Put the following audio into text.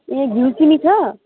ए घिउ सिमी छ